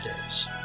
games